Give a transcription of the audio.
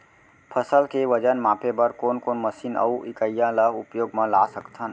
फसल के वजन मापे बर कोन कोन मशीन अऊ इकाइयां ला उपयोग मा ला सकथन?